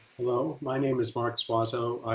hello, my name is mark suozzo,